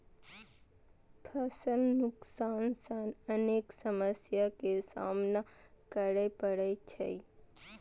फसल नुकसान सं अनेक समस्या के सामना करै पड़ै छै